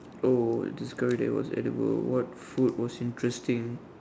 oh discover that it was edible what food was interesting